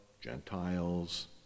Gentiles